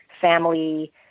family